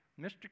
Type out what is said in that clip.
Mr